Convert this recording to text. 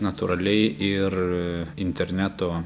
natūraliai ir interneto